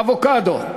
אבוקדו,